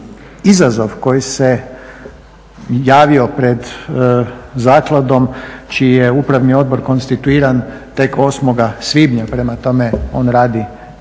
izazov koji se javio pred zakladom čiji je upravni odbor konstituiran tek 8. svibnja. Prema tome, on je radio